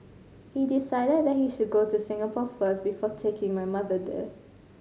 he decided that he should go to Singapore first before taking my mother there